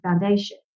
foundation